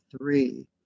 three